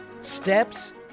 steps